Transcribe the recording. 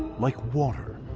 like water.